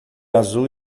azul